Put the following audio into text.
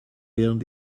wegen